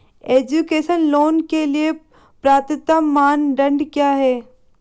Education loan के लिए पात्रता मानदंड क्या है?